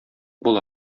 була